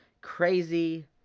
Crazy